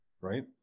Right